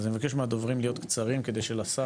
אז אני מבקש מהדוברים להיות קצרים כדי שלשר